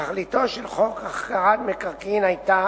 תכליתו של חוק החכרת מקרקעין היתה